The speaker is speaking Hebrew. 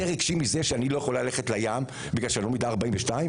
יותר רגשי מזה שאני לא יכולה ללכת בים בגלל שאני מידה 42?